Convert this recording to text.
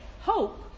hope